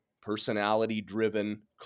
personality-driven